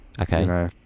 Okay